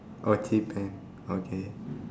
oh cheephant okay